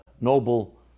noble